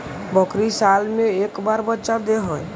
बकरी साल मे के बार बच्चा दे है?